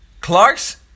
Clark's